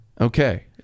Okay